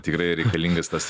tikrai reikalingas tas